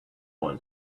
one